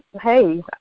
hey